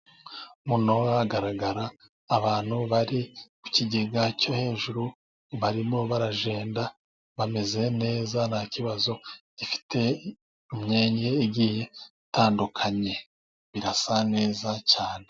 Muno hagaragara abantu bari ku kigega cyo hejuru barimo baragenda, bameze neza nta kibazo. Gifite imyenge igiye itandukanye, birasa neza cyane.